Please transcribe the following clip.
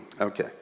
Okay